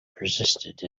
persisted